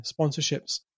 sponsorships